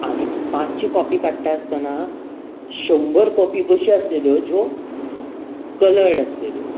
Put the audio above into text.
आनी पांचशीं कॉपी काडटा आसतना शंबर कॉपी अशो आशिल्ल्यो ज्यो कलर्ड आशिल्ल्यो